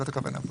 זאת הכוונה פה?